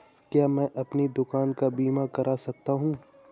क्या मैं अपनी दुकान का बीमा कर सकता हूँ?